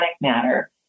matter